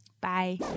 Bye